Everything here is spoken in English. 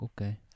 Okay